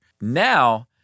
Now